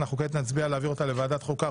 כעת אנחנו נצביע להעביר אותה לוועדת החוקה,